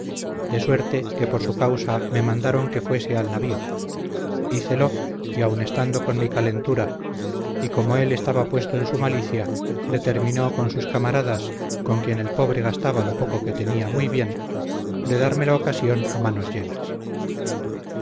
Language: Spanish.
de suerte que por su causa me mandaron que fuese al navío hicelo y aun estando con mi calentura y como él estaba puesto en su malicia determinó con sus camaradas con quien el pobre gastaba lo poco que tenía muy bien de darme la ocasión a manos llenas